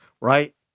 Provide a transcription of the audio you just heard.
right